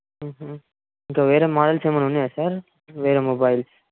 ఇంకా వేరే మోడల్స్ ఏమన్న ఉన్నాయా సార్ వేరే మొబైల్స్